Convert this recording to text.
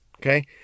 okay